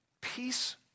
Peace